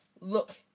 Look